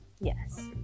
Yes